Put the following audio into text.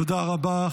תודה רבה.